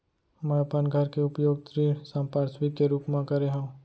मै अपन घर के उपयोग ऋण संपार्श्विक के रूप मा करे हव